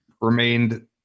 remained